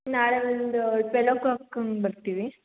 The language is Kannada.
ನಾಳೆ ಒಂದು ಟ್ವೆಲ್ ಓ ಕ್ಲಾಕ್ ಹಂಗೆ ಬರ್ತೇವೆ